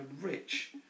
rich